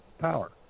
power